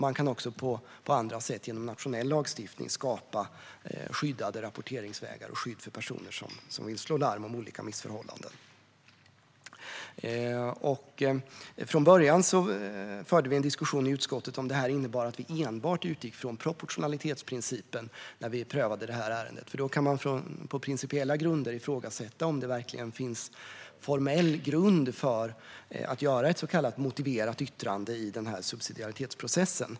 Man kan också på andra sätt, genom nationell lagstiftning, skapa skyddade rapporteringsvägar och skydd för personer som vill slå larm om olika missförhållanden. Från början förde vi en diskussion i utskottet om huruvida detta innebar att vi enbart utgick från proportionalitetsprincipen när vi prövade detta ärende. Då kan man nämligen på principiella grunder ifrågasätta om det verkligen finns formell grund för att göra ett så kallat motiverat yttrande i subsidiaritetsprocessen.